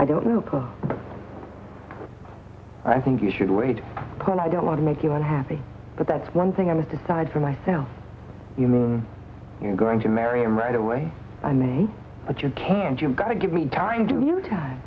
i don't know i think you should read but i don't want to make you unhappy but that's one thing i would decide for myself you mean you're going to marry him right away i may but you can't you've got to give me time you t